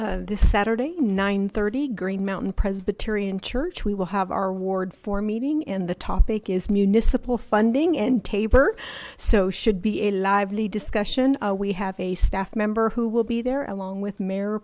frank's this saturday nine thirty green mountain presbyterian church we will have our ward for meeting and the topic is municipal funding and tavr so should be a lively discussion we have a staff member who will be there along with m